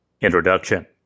Introduction